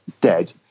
dead